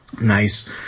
nice